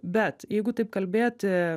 bet jeigu taip kalbėti